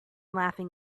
laughing